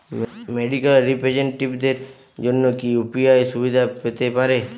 Medical রিপ্রেজন্টেটিভদের জন্য কি ইউ.পি.আই সুবিধা পেতে পারে?